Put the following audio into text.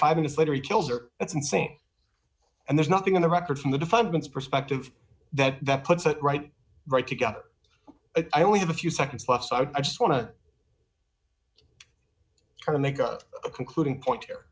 five minutes later he tells her it's insane and there's nothing in the record from the defendant's perspective that that puts it right right together i only have a few seconds left so i just want to make a concluding point